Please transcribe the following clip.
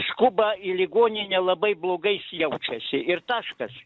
skuba į ligoninę labai blogai jis jaučiasi ir taškas